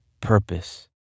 purpose